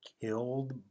killed